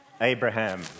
Abraham